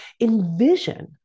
Envision